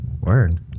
Word